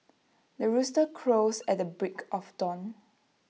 the rooster crows at the break of dawn